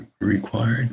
required